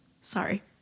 Sorry